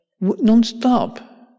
non-stop